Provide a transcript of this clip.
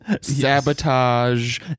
Sabotage